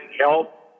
help